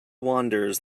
wanders